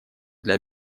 для